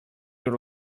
your